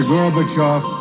Gorbachev